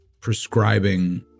prescribing